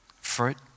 fruit